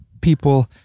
people